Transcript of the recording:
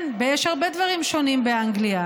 כן, יש הרבה דברים שונים באנגליה.